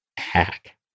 Hack